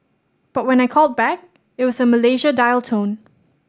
but when I called back it was a Malaysia dial tone